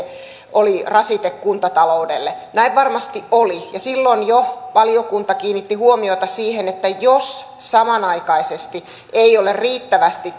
oli rasite kuntataloudelle näin varmasti oli silloin jo valiokunta kiinnitti huomiota siihen että jos samanaikaisesti ei ole riittävästi